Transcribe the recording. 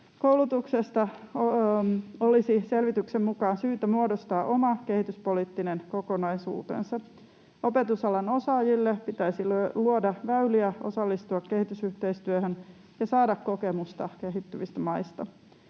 Koulutuksesta olisi selvityksen mukaan syytä muodostaa oma kehityspoliittinen kokonaisuutensa. Opetusalan osaajille pitäisi luoda väyliä osallistua kehitysyhteistyöhön ja saada kokemusta kehittyvistä maista.